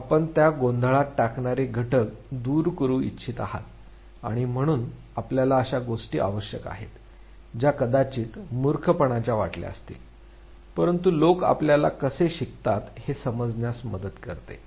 आपण त्या गोंधळात टाकणारे घटक दूर करू इच्छित आहात आणि म्हणून आपल्याला अशा गोष्टी आवश्यक आहेत ज्या कदाचित मूर्खपणाच्या वाटल्या असतील परंतु लोक आपल्याला कसे शिकतात हे समजण्यास मदत करते